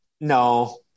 No